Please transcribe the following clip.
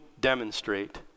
demonstrate